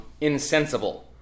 insensible